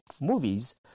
movies